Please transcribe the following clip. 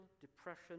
depression